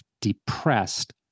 depressed